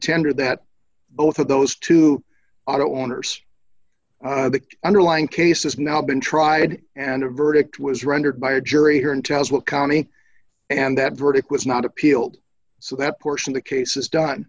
tender that both of those two auto owners the underlying case has now been tried and a verdict was rendered by a jury here and tells what county and that verdict was not appealed so that portion of the case